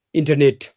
internet